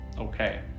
okay